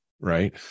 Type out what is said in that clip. Right